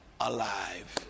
alive